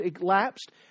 elapsed